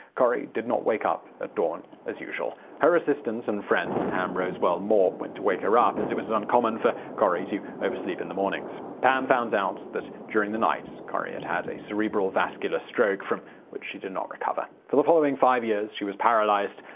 corrie did not wake up at dawn as usual. her assistant and friend pam rosewell moore went to wake her up, as it was uncommon for corrie to oversleep in the mornings. pam found out that during the night corrie had had a cerebral-vascular stroke, from which she did not recover. for the following five years she was paralysed,